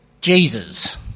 Jesus